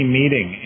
meeting